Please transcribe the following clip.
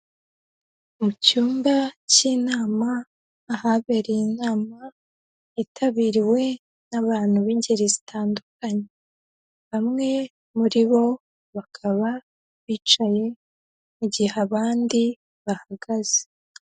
Mu cyumba cy'inama ahabereye inama yitabiriwe n'abantu b'ingeri zitandukanye, bamwe muri bo bakaba bicaye mu gihe abandi bahagaze.